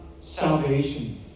salvation